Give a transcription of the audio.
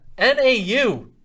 NAU